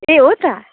ए हो त